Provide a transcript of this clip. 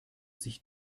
sich